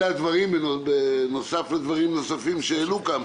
אלו הדברים בנוסף לנושאים אחרים שהעלו כאן,